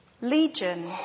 Legion